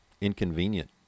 inconvenient